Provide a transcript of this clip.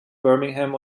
birmingham